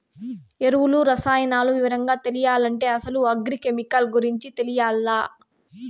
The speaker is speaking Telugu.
ఎరువులు, రసాయనాలు వివరంగా తెలియాలంటే అసలు అగ్రి కెమికల్ గురించి తెలియాల్ల